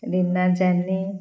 Reena Jani